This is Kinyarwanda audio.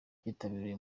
kitabiriwe